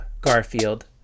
Garfield